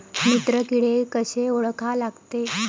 मित्र किडे कशे ओळखा लागते?